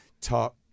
talk